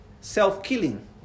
Self-killing